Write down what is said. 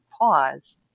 pause